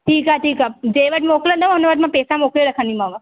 ठीकु आहे ठीकु आहे जे वटि मोकिलंदव हुन वक़्तु मां पेसा मोकिले रखंदीमांव